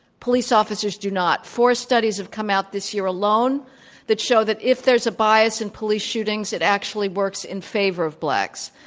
police officers do not. four studies have come out this year alone that show that if there's a bias in police shootings, it actually works in favor of blacks.